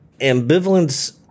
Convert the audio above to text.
ambivalence